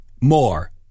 More